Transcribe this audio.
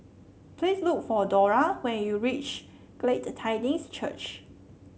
please look for Dora when you reach Glad Tidings Church